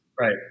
Right